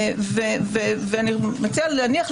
ואני מציעה להניח,